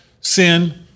sin